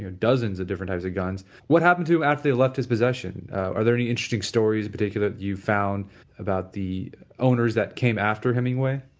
ah dozens of different types of guns. what happened to him after they left his possession, are there any interesting stories particularly you found about the owners that came after hemingway?